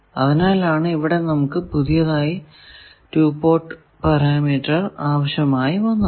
അതിനാലാണ് ഇവിടെ നമുക്ക് പുതിയതായി 2 പോർട്ട് പാരാമീറ്റർ ആവശ്യമായി വന്നത്